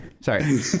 Sorry